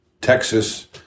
Texas